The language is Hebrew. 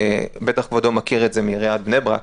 בטח כבודו מכיר את זה מעיריית בני ברק,